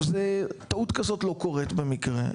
טעות כזאת לא קורית במקרה.